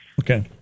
Okay